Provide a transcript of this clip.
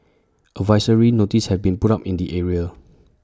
advisory notices have been put up in the area